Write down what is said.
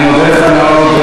אני מודה לך מאוד,